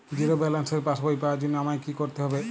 Zero ব্যালেন্সের পাসবই পাওয়ার জন্য আমায় কী করতে হবে?